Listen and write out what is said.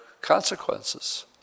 consequences